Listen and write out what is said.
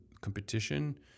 competition